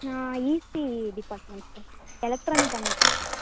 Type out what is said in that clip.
நான் EC department sir electronic communication